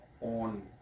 on